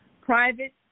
private